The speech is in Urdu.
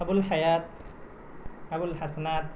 ابوالحیات ابوالحسنات